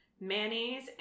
mayonnaise